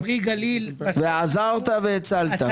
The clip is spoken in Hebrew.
עזרת והצלת.